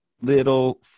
Little